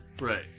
Right